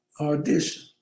audition